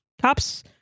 cops